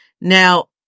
Now